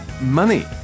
Money